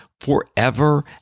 forever